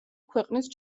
ქვეყნის